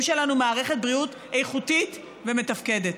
שלנו מערכת בריאות איכותית ומתפקדת.